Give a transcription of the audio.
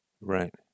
Right